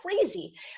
crazy